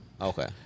Okay